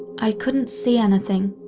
i couldn't see anything,